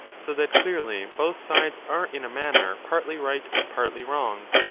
so that clearly both sides are in a manner partly right and partly wrong.